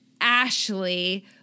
Ashley